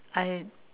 I